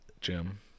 Jim